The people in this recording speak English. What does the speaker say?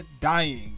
dying